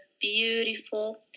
beautiful